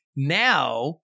Now